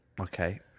Okay